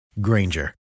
Granger